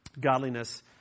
godliness